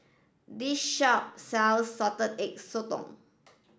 this shop sells salted egg sotong